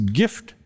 gift